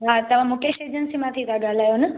हा तव्हां मुकेश एजंसी मां थी ॻाल्हायो न